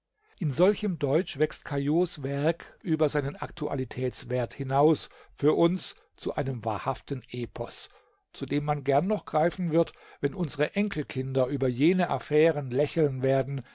in solchem deutsch wächst caillaux werk über seinen aktualitätswert hinaus für uns zu einem wahrhaften epos zu dem man gern noch greifen wird wenn unsere enkelkinder über jene affären lächeln werden